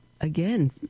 Again